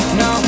no